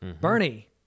Bernie